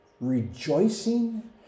rejoicing